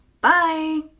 Bye